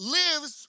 lives